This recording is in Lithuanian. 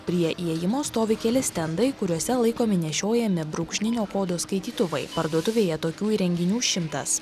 prie įėjimo stovi keli stendai kuriuose laikomi nešiojami brūkšninio kodo skaitytuvai parduotuvėje tokių įrenginių šimtas